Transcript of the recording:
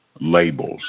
labels